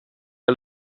wel